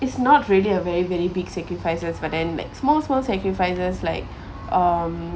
it's not really a very very big sacrifices but then small small sacrifices like um